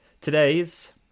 Today's